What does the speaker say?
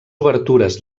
obertures